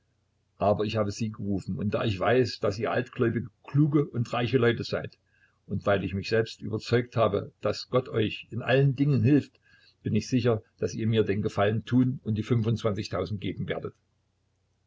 aber ich habe sie gerufen und da ich weiß daß ihr altgläubige kluge und reiche leute seid und weil ich mich selbst überzeugt habe daß gott euch in allen dingen hilft bin ich sicher daß ihr mir den gefallen tun und die fünfundzwanzigtausend geben werdet